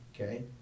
okay